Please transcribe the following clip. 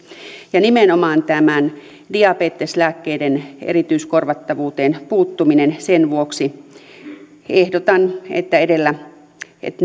ja nimenomaan diabeteslääkkeiden erityiskorvattavuuteen puuttumisen vuoksi ehdotan että